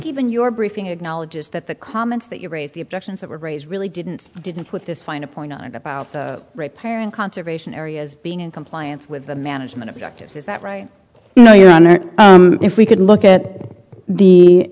even your briefing acknowledges that the comments that you raise the objections that would raise really didn't didn't put this fine a point on it about repairing conservation areas being in compliance with the management objectives is that right now your honor if we could look at the